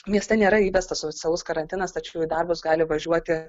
mieste nėra įvestas oficialus karantinas tačiau į darbus gali važiuoti